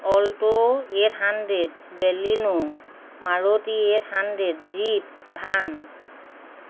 alto eight hundred Baleno Maruti eight hundred jeep van